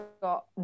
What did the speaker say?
got